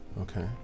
Okay